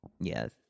Yes